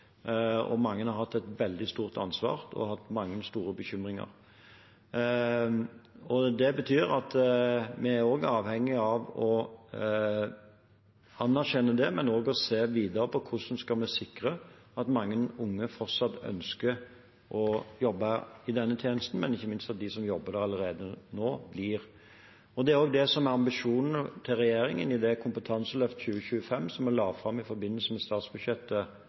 og mange har hatt et veldig stort ansvar og mange store bekymringer. Det betyr at vi er avhengig av å anerkjenne det, men også å se videre på hvordan vi skal sikre at mange unge fortsatt ønsker å jobbe i denne tjenesten, og ikke minst at de som jobber der allerede nå, blir. Det er også det som er ambisjonen til regjeringen i Kompetanseløft 2025, som vi la fram i forbindelse med statsbudsjettet